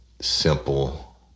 simple